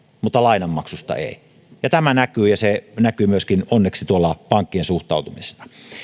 mutta lainanmaksusta eivät ja tämä näkyy ja se näkyy onneksi myöskin tuolla pankkien suhtautumisessa